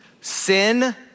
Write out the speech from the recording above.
Sin